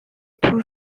two